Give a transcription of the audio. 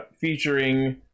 featuring